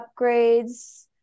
upgrades